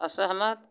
असहमत